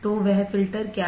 तो वह फ़िल्टर क्या है